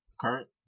current